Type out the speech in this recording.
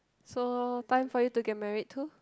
so time for you to get married too